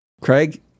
Craig